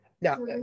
Now